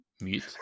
mute